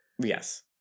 yes